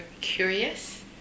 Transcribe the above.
curious